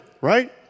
right